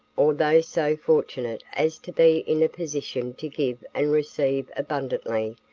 or those so fortunate as to be in a position to give and receive abundantly,